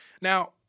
Now